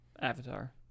Avatar